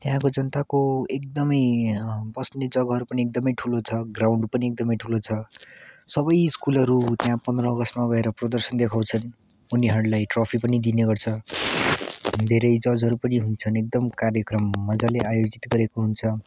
त्यहाँको जनताको एकदमै बस्ने जग्गाहरू पनि एकदमै ठुलो छ ग्राउन्ड पनि एकदमै ठुलो छ सबै स्कुलहरू त्यहाँ पन्ध्र अगस्तमा गएर प्रदर्शन देखाउँछन् उनीहरूलाई ट्रफी पनि दिने गर्छ धेरै जजहरू पनि हुन्छन् एकदम कार्यक्रम मजाले आयोजित गरेको हुन्छ